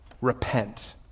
Repent